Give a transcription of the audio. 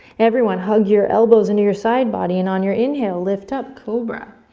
everyone hug your elbows into your side body, and on your inhale lift up, cobra.